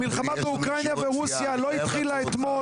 המלחמה בין אוקראינה לרוסיה לא התחילה אתמול.